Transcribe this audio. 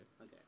Okay